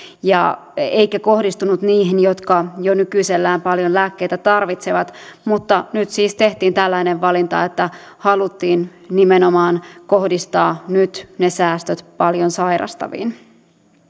eikä olisi kohdistunut niihin jotka jo nykyisellään paljon lääkkeitä tarvitsevat mutta nyt siis tehtiin tällainen valinta että haluttiin nimenomaan kohdistaa nyt ne säästöt paljon sairastaviin